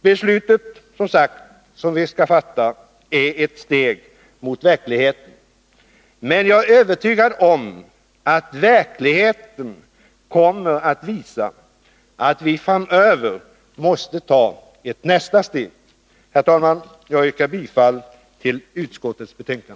: Det beslut som vi skall fatta är, som sagt, ett steg mot verkligheten, men jagär övertygad om att verkligheten kommer att visa att vi framöver måste ta ett nästa steg. Herr talman! Jag yrkar bifall till utskottets hemställan.